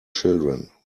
children